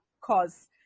cause